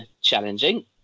challenging